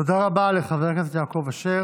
תודה רבה לחבר הכנסת יעקב אשר.